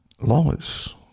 laws